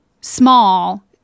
small